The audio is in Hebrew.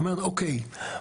אומרת אוקיי,